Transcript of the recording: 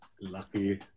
Lucky